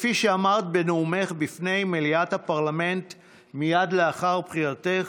כפי שאמרת בנאומך בפני מליאת הפרלמנט מייד לאחר בחירתך: